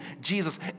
Jesus